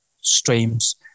streams